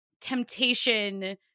temptation